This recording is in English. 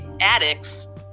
addicts